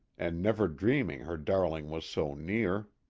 and never dreaming her darling was so near.